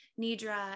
nidra